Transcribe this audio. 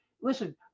Listen